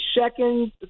second